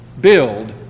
build